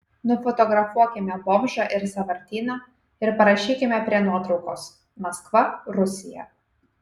nufotografuokime bomžą ir sąvartyną ir parašykime prie nuotraukos maskva rusija